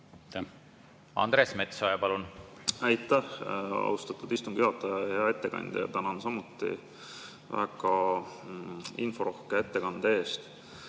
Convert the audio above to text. Andres Metsoja, palun! Aitäh, austatud istungi juhataja! Hea ettekandja! Tänan samuti väga inforohke ettekande eest.